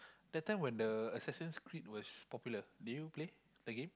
that time when Assassin's Creed was popular did you play the game